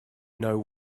know